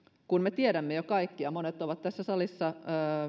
kun me kaikki jo tiedämme ja monet ovat tässä salissa